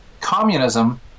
communism